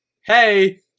hey